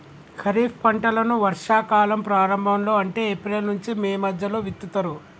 ఖరీఫ్ పంటలను వర్షా కాలం ప్రారంభం లో అంటే ఏప్రిల్ నుంచి మే మధ్యలో విత్తుతరు